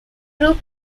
group